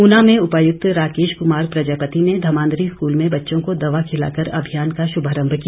ऊना में उपायुक्त राकेश कुमार प्रजापति ने धमांदरी स्कूल में बेच्चों को दवा खिलाकर अभियान का शुभारंभ किया